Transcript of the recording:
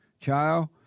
child